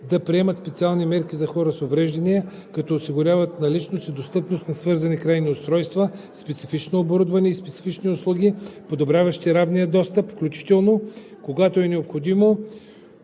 да предприемат специални мерки за хора с увреждания, като осигуряват наличност и достъпност на свързани крайни устройства, специфично оборудване и специфични услуги, подобряващи равния достъп, включително, когато е необходимо,